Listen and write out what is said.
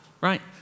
right